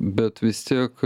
bet vis tiek